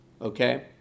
okay